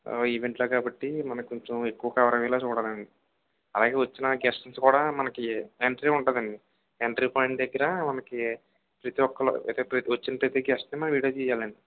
ఈవెంట్లే కాబట్టి మనకి కొంచెం ఎక్కువ కవరయ్యేలా చూడాలండి అలాగే వచ్చిన గెస్ట్స్ కూడ మనకి ఎంట్రీ ఉంటుందండి ఎంట్రీ పాయింట్ దగ్గర మనకి ప్రతీఒక్కళ్ళు అదే వచ్చిన ప్రతి గెస్ట్ని మనం వీడియో తీయాలండి